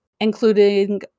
including